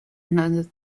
another